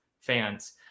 fans